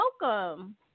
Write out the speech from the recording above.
welcome